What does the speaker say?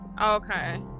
Okay